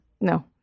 No